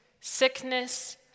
sickness